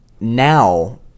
now